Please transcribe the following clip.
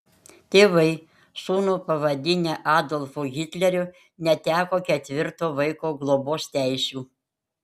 tėvai sūnų pavadinę adolfu hitleriu neteko ketvirto vaiko globos teisių